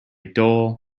dull